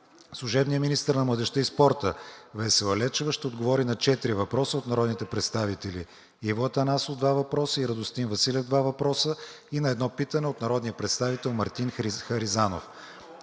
служебният министър на младежта и спорта Весела Лечева ще отговори на четири въпроса от народните представители Иво Атанасов – два въпроса, и Радостин Василев – два въпроса; и на едно питане от народния представител Мартин Харизанов;